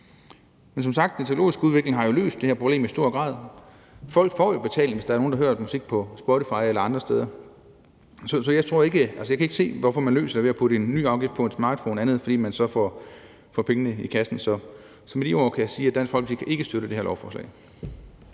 Men som sagt har den teknologiske udvikling jo i høj grad løst det her problem, folk får jo betaling, hvis der er nogen, der hører deres musik på Spotify eller andre steder. Altså, jeg kan ikke se, hvorfor man vil løse problemet ved at putte en ny afgift på en smartphone – ikke andet, end at man så får pengene i kassen. Så med de ord kan jeg sige, at Dansk Folkeparti ikke kan støtte det her lovforslag.